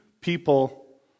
people